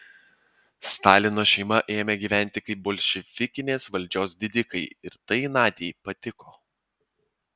stalino šeima ėmė gyventi kaip bolševikinės valdžios didikai ir tai nadiai patiko